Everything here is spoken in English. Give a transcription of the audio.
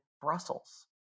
Brussels